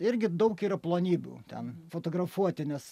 irgi daug yra plonybių ten fotografuoti nes